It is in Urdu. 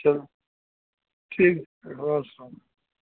چلو ٹھیک وعلیکم السلام